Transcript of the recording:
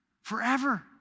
Forever